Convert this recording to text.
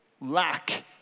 lack